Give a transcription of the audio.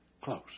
close